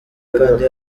kandi